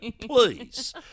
please